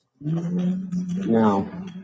Now